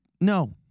no